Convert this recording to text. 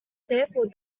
therefore